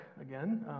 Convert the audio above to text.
again